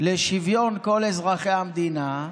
לשוויון כל אזרחי המדינה,